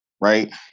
right